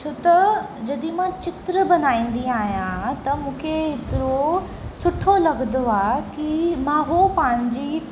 छो त जॾहिं मां चित्र बनाईंदी आहियां त मूंखे हेतिरो सुठो लॻंदो आहे कि मां उहो पंहिंजी